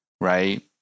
Right